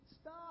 Stop